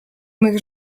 mych